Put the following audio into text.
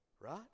Right